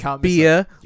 beer